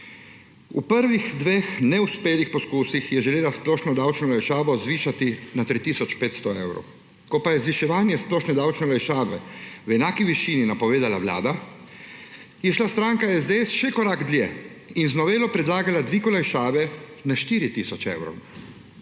V prvih dveh neuspelih poskusih je želela splošno davčno olajšavo zvišati na 3 tisoč 500 evrov. Ko pa je zviševanje splošne davčne olajšave v enaki višini napovedala vlada, je šla stranka SDS še korak dlje in z novelo predlagala dvig olajšave na 4 tisoč evrov.